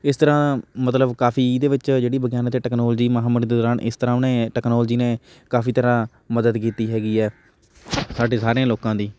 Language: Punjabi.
ਇਸ ਤਰ੍ਹਾਂ ਮਤਲਬ ਕਾਫੀ ਇਹਦੇ ਵਿੱਚ ਜਿਹੜੀ ਵਿਗਿਆਨਕ ਟੈਕਨੋਲਜੀ ਮਹਾਂਮਾਰੀ ਦੇ ਦੌਰਾਨ ਇਸ ਤਰ੍ਹਾਂ ਉਹਨੇ ਟੈਕਨੋਲਜੀ ਨੇ ਕਾਫੀ ਤਰ੍ਹਾਂ ਮਦਦ ਕੀਤੀ ਹੈਗੀ ਹੈ ਸਾਡੇ ਸਾਰਿਆਂ ਲੋਕਾਂ ਦੀ